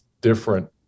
different